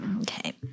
Okay